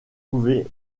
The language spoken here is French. louvet